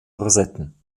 rosetten